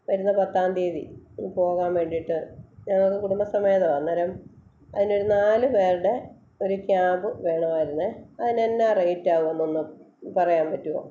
വരുന്ന പത്താം തീയതി പോകാൻ വേണ്ടിയിട്ട് ഞങ്ങൾ കുടുമ്പസമേതമാണ് അന്നേരം അതിനൊരു നാല് പേരുടെ ഒരു ക്യാബ് വേണമായിരുന്നേ അതിന് എന്നാ റേറ്റ് ആകും എന്നൊന്ന് പറയാൻ പറ്റുമോ